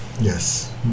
Yes